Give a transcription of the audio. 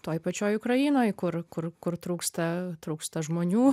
toj pačioj ukrainoj kur kur kur trūksta trūksta žmonių